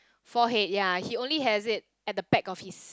forehead ya he only has it on the back of his